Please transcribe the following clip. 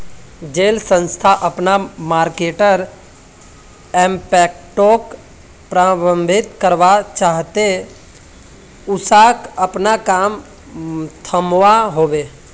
जेल संस्था अपना मर्केटर इम्पैक्टोक प्रबधित करवा चाह्चे उसाक अपना काम थम्वा होबे